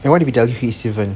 what if he is different